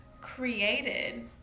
created